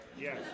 Yes